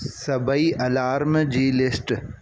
सभई अलार्म जी लिस्ट